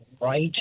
Right